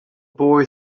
boy